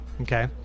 okay